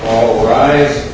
all right